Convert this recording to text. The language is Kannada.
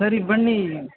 ಸರಿ ಬನ್ನಿ